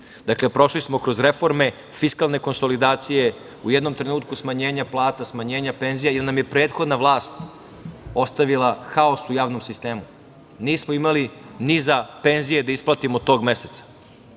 godine. Prošli smo kroz reforme fiskalne konsolidacije, u jednom trenutku smanjenja plata, smanjenja penzija jer nam je prethodna vlast ostavila haos u javnom sistemu. Nismo imali ni za penzije da isplatimo tog meseca